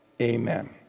Amen